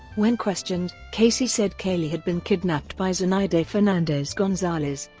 when questioned, casey said caylee had been kidnapped by zenaida fernandez-gonzalez,